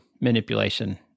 manipulation